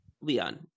Leon